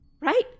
right